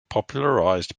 popularized